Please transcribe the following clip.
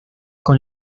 con